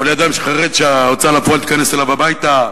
או לאדם שחרד שההוצאה לפועל תיכנס אליו הביתה?